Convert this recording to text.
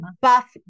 buff